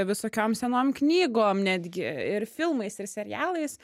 visokiom senom knygom netgi ir filmais ir serialais